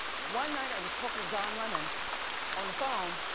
one night i was talkin' to don lemon on the phone,